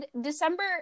December